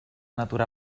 natura